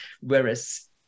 Whereas